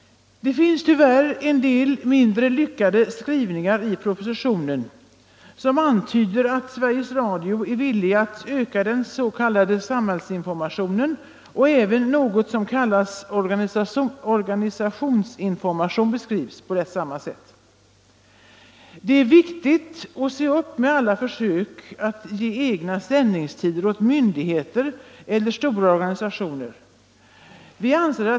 Det finns tyvärr en del mindre lyckade skrivningar i propositionen som antyder att Sveriges Radio är villig att öka den s.k. samhällsinformationen. Även något som kallas organisations-information beskrivs på samma sätt. Det är viktigt att vi ser upp med alla försök att ge egna sändningstider åt myndigheter och stora organisationer.